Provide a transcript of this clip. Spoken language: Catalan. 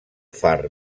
far